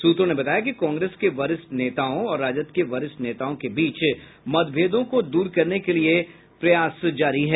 सूत्रों ने बताया कि कांग्रेस के वरिष्ठ नेताओं और राजद के वरिष्ठ नेताओं के बीच मतभेदों को दूर करने के लिये प्रयास जारी है